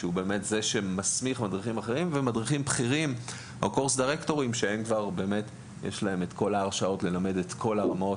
ואז להפוך למדריכים בכירים שיש להם את כל ההרשאות ללמד את כל הרמות.